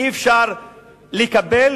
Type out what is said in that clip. אי-אפשר לקבל,